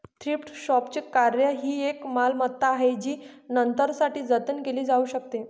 thrift शॉपचे कार्य ही एक मालमत्ता आहे जी नंतरसाठी जतन केली जाऊ शकते